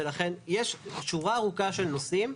ולכן יש שורה ארוכה של נושאים.